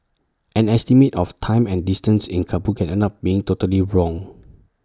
an estimate of time and distance in Kabul can end up being totally wrong